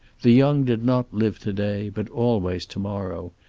the young did not live to-day, but always to-morrow.